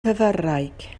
fyfyrwraig